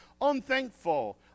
unthankful